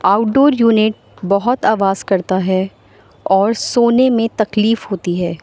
out ڈور unit بہت آواز کرتا ہے اور سونے میں تکلیف ہوتی ہے